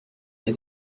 and